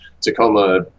Tacoma